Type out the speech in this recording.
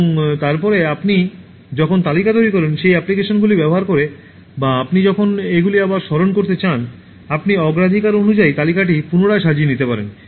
এবং তারপরে আপনি যখন তালিকা তৈরি করেন এই অ্যাপ্লিকেশনগুলি ব্যবহার করে বা আপনি যখন এগুলি আবার স্মরণ করতে চান আপনি অগ্রাধিকার অনুযায়ী তালিকাটি পুনরায় সাজিয়ে নিতে পারেন